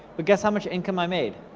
but guess how much income i made?